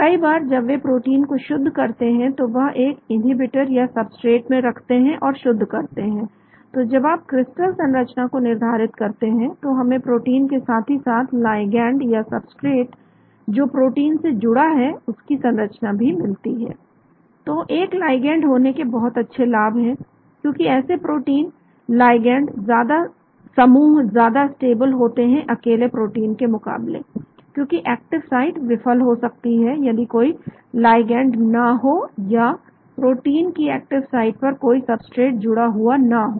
कई बार जब वे प्रोटीन को शुद्ध करते हैं तो वह एक इन्हींबीटर या सबस्ट्रेट में रखते हैं और शुद्ध करते हैं तो जब आप क्रिस्टल संरचना को निर्धारित करते हैं तो हमें प्रोटीन साथ ही साथ लाइगैंड या सबस्ट्रेट जो प्रोटीन से जुड़ा होता है की संरचना मिलती है तो एक लाइगैंड होने के बहुत अच्छे लाभ हैं क्योंकि ऐसे protein लाइगैंड समूह ज्यादा स्टेबल होते हैं अकेले प्रोटीन के मुकाबले क्योंकि एक्टिव साइट विफल हो सकती है यदि कोई लाइगैंड ना हो या प्रोटीन की एक्टिव साइट पर कोई सबस्ट्रेट जुड़ा हुआ ना हो